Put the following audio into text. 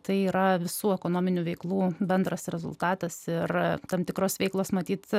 tai yra visų ekonominių veiklų bendras rezultatas ir tam tikros veiklos matyt